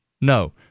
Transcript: No